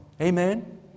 Amen